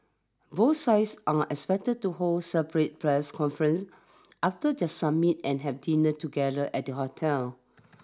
both sides are expected to hold separate press conferences after their summit and have dinner together at the hotel